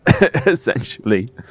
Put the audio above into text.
essentially